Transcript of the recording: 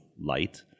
light